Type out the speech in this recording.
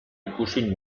ikusi